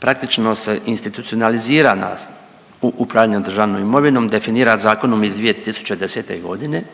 praktično se institucionaliziranost u upravljanju državnom imovinom definira zakonom iz 2010. godine